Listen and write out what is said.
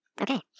Okay